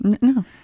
No